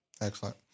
Excellent